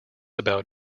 about